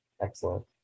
excellent